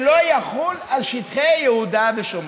שלא יחול על שטחי יהודה ושומרון.